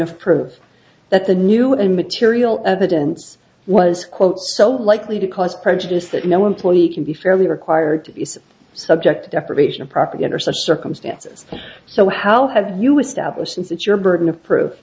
of proof that the new and material evidence was quote so likely to cause prejudice that no employee can be fairly required is subject to deprivation of propaganda or such circumstances so how have you established since it's your burden of proof